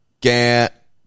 Get